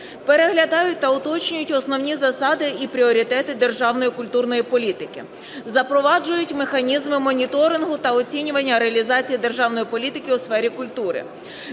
Переглядають та уточнюють основні засади і пріоритети державної культурної політики; запроваджують механізми моніторингу та оцінювання реалізації державної політики у сфері культури;